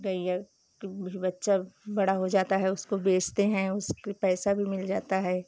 गईया का भी बच्चा बड़ा हो जाता है उसको बेचते हैं उसके पैसा भी मिल जाता है